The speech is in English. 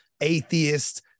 atheist